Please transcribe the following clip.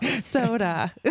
soda